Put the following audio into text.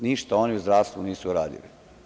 Ništa oni u zdravstvu nisu uradili.